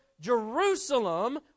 Jerusalem